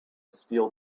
steel